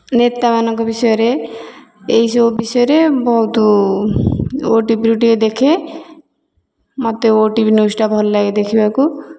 ନେତାମାନଙ୍କ ବିଷୟରେ ଏହିସବୁ ବିଷୟରେ ବହୁତ ଓଟିଭିରୁ ଟିକେ ଦେଖେ ମୋତେ ଓଟିଭି ନିଉଜ୍ଟା ଭଲଲାଗେ ଦେଖିବାକୁ